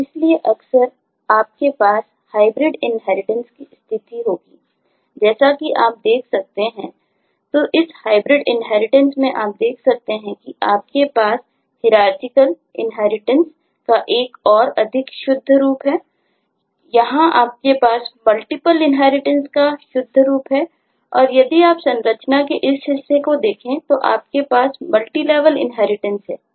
और इसलिए अक्सर आपके पास हाइब्रिड इन्हेरिटेंस है